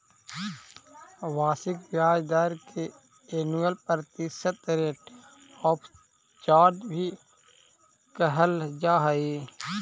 वार्षिक ब्याज दर के एनुअल प्रतिशत रेट ऑफ चार्ज भी कहल जा हई